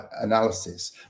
analysis